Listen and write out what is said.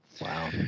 wow